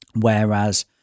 Whereas